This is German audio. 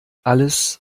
alles